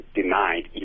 denied